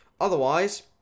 otherwise